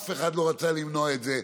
אף אחד לא רצה למנוע את זה.